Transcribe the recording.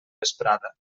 vesprada